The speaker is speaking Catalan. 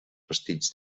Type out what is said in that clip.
vestits